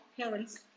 parents